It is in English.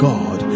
God